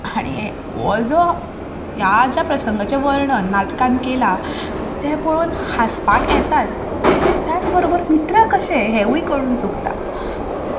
आनी हें हो जो ह्या ज्या प्रसंगाचें वर्णन नाटकांत केलां तें पळोवन हांसपाक येताच त्याच बरोबर मित्रा कशें हेंवूय कळूंक चुकता